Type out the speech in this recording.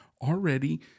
already